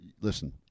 listen